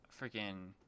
freaking